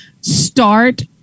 start